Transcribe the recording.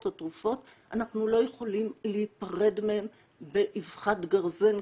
התרופות אנחנו לא יכולים להיפרד מהם באבחת גרזן,